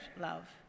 love